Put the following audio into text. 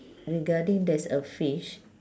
regarding there's a fish